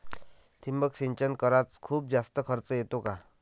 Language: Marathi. ठिबक सिंचन कराच खूप जास्त खर्च येतो का?